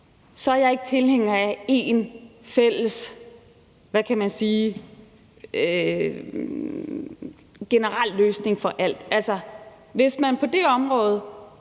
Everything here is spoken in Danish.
så ikke er tilhænger af én fælles generel løsning for alt. Altså, hvis man på det område